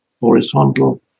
horizontal